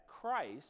Christ